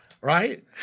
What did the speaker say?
Right